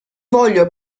voglio